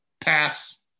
Pass